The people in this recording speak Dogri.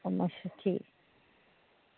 अच्छा ठीक